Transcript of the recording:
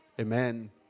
Amen